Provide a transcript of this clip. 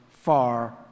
far